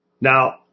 Now